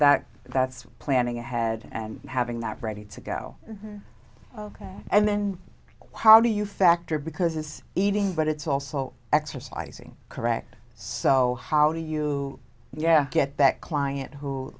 that that's planning ahead and having that ready to go ok and then how do you factor because is eating but it's also exercising correct so how do you yeah get that client who